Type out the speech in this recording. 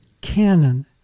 canon